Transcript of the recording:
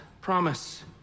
promise